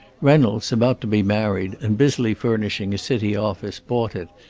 reynolds, about to be married and busily furnishing a city office, bought it,